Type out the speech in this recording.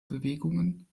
bewegungen